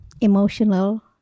emotional